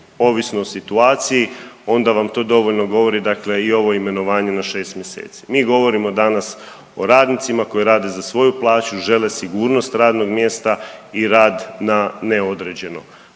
ovisno o situaciji onda vam to dovoljno govori dakle i ovo imenovanje na 6 mjeseci. Mi govorimo danas o radnicima koji rade za svoju plaću, žele sigurnost radnog mjesta i rad na neodređeno.